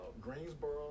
Greensboro